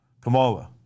Kamala